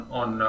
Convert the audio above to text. on